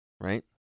right